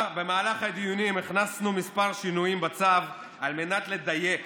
במהלך הדיונים הכנסנו כמה שינויים בצו על מנת לדייק